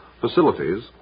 facilities